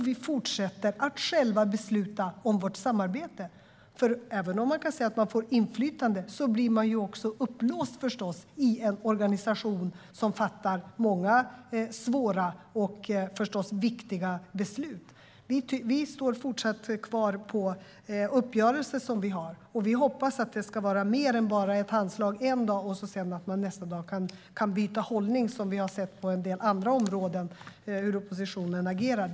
Vi fortsätter att själva besluta om vårt samarbete. Även om man kan säga att man får inflytande blir man också upplåst i en organisation som fattar många svåra och viktiga beslut. Vi står fortsatt kvar vid uppgörelser vi har. Vi hoppas att det ska vara mer än bara ett handslag en dag och att man sedan nästa dag kan byta hållning. Vi har sett på en del andra områden hur oppositionen agerar.